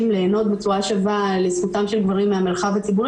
ליהנות בצורה שווה לזכותם של גברים מהמרחב הציבור,